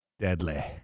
deadly